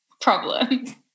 problem